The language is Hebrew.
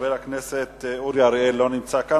חבר הכנסת אורי אריאל, לא נמצא כאן.